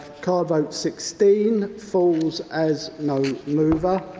card vote sixteen, falls as no mover.